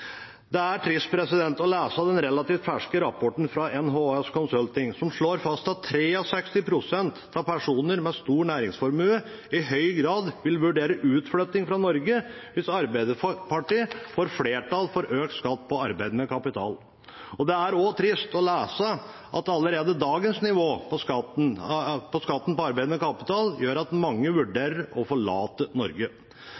Det er trist å lese den relativt ferske rapporten fra NHHS Consulting, som slår fast at 63 pst. av personer med stor næringsformue i høy grad vil vurdere utflytting fra Norge hvis Arbeiderpartiet får flertall for økt skatt på arbeidende kapital. Det er også trist å lese at allerede dagens nivå på skatten på arbeidende kapital gjør at mange